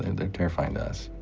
and they're terrifying to us,